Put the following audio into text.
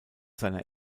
seiner